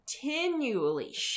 continually